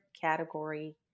category